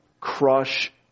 crush